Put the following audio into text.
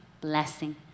blessing